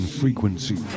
frequency